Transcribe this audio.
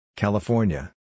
California